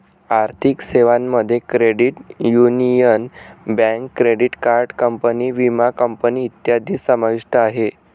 आर्थिक सेवांमध्ये credit union, bank, credit card company, विमा कंपनी इत्यादी समाविष्ट आहे